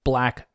Black